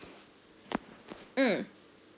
mm